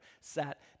sat